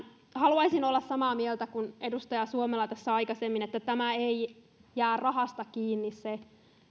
haluaisin olla samaa mieltä kuin edustaja suomela tässä aikaisemmin että ei jää rahasta kiinni se